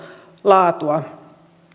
laatua